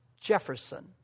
Jefferson